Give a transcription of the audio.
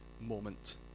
moment